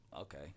Okay